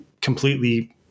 completely